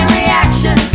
reaction